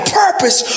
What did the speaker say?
purpose